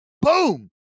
boom